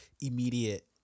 immediate